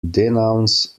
denounce